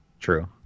True